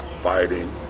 fighting